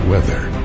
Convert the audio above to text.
weather